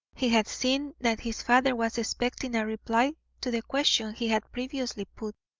he had seen that his father was expecting a reply to the question he had previously put,